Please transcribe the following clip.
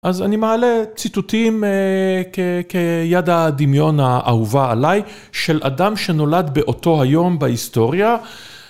אז אני מעלה ציטוטים כיד הדמיון האהובה עליי, של אדם שנולד באותו היום בהיסטוריה.